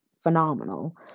phenomenal